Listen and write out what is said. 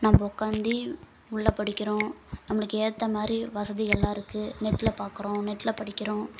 நம்ம ஒக்காந்து உள்ளே படிக்கிறோம் நம்மளுக்கு ஏற்ற மாதிரி வசதிகள்லாம் இருக்குது நெட்டில் பார்க்குறோம் நெட்டில் படிக்கிறோம்